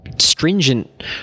stringent